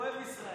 הוא אוהב ישראל.